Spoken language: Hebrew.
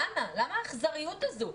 למה האכזריות הזו?